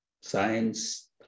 science